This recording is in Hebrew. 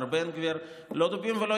אתה